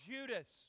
Judas